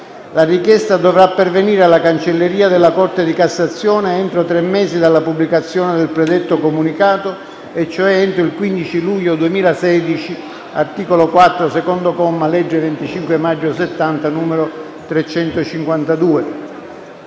La richiesta dovrà pervenire alla cancelleria della Corte di cassazione entro tre mesi dalla pubblicazione del predetto comunicato e cioè entro il 15 luglio 2016 (articolo 4, secondo comma, della legge 25 maggio 1970, n. 352).